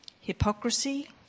hypocrisy